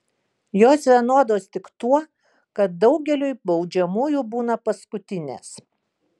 jos vienodos tik tuo kad daugeliui baudžiamųjų būna paskutinės